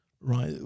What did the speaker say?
right